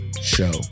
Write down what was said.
Show